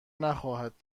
نخواهد